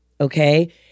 okay